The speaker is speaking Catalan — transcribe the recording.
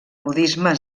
budisme